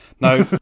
no